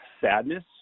sadness